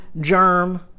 germ